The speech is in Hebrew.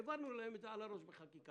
העברנו להם את זה מעל הראש בחקיקה.